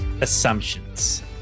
assumptions